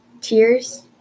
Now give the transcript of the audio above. tears